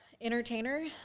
Entertainer